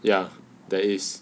ya there is